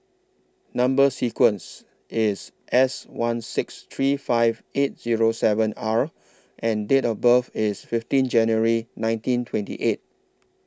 Number sequence IS S one six three five eight Zero seven R and Date of birth IS fifteen January nineteen twenty eight